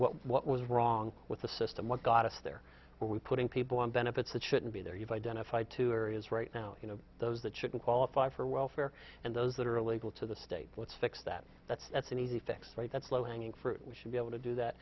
what was wrong with the system what got us there are we putting people on benefits that shouldn't be there you've identified two areas right now those that shouldn't qualify for welfare and those that are illegal to the state let's fix that that's that's an easy fix right that's low hanging fruit we should be able to do that